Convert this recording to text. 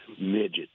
midget